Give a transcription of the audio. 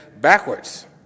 backwards